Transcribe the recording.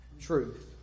truth